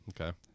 Okay